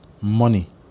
money